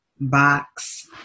box